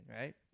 right